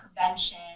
prevention